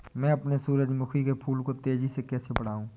मैं अपने सूरजमुखी के फूल को तेजी से कैसे बढाऊं?